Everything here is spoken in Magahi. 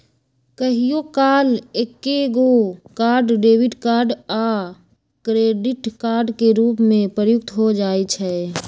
कहियो काल एकेगो कार्ड डेबिट कार्ड आ क्रेडिट कार्ड के रूप में प्रयुक्त हो जाइ छइ